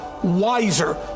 wiser